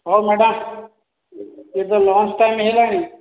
ହେଉ ମ୍ୟାଡ଼ାମ ଏବେ lunch time ହେଲାଣି